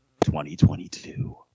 2022